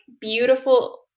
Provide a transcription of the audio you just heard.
beautiful